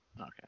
Okay